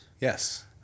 Yes